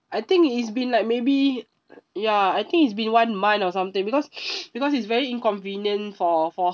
I think it's been like maybe ya I think it's been one month or something because because it's very inconvenient for for